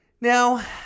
Now